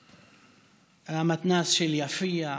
המתנ"ס של יפיע,